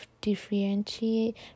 differentiate